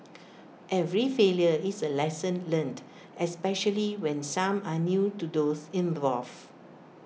every failure is A lesson learnt especially when some are new to those involved